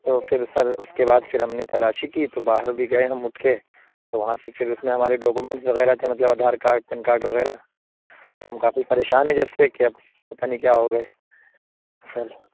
تو پھر سر اس کے بعد پھر ہم نے تلاشی کی تو باہر بھی گئے ہم اٹھ کے تو وہاں سے پھر اس میں ہمارے ڈاکیومنٹس وغیرہ تھے مطلب آدھار کارڈ پین کارڈ وغیرہ تو ہم کافی پریشان ہیں جب سے کہ اب پتہ نہیں کیا ہو گئے سر